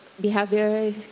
behavior